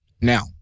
Now